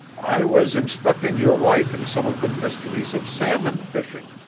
i was instructing your wife in some of the mysteries of salmon-fishing,